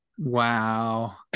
Wow